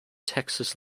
texas